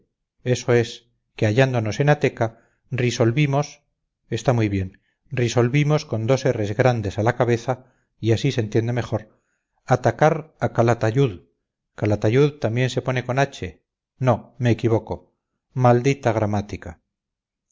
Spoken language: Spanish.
eso es que hallándonos en ateca risolvimos está muy bien risolvimos con dos erres grandes a la cabeza así se entiende mejor atacar a calatayud calatayud también se pone con h no me equivoco maldita gramática